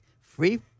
free